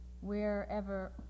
wherever